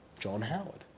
john howard.